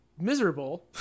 miserable